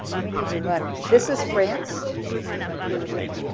we need to run. this is france, we need to run through this, let me.